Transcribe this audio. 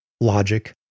logic